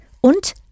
und